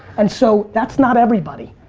and so that's not everybody.